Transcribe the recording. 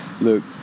look